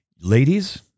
Ladies